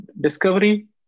discovery